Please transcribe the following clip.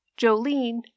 Jolene